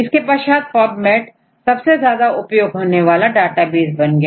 इसके पश्चात PubMed सबसे ज्यादा उपयोग होने वाला डेटाबेस बन गया